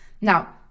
Now